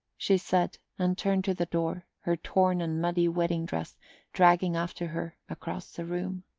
she said, and turned to the door, her torn and muddy wedding-dress dragging after her across the room.